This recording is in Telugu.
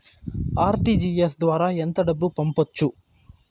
ఆర్.టీ.జి.ఎస్ ద్వారా ఎంత డబ్బు పంపొచ్చు?